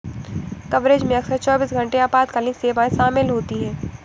coverage में अक्सर चौबीस घंटे आपातकालीन सेवाएं शामिल होती हैं